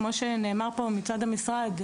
כמו שנאמר פה מצד המשרד,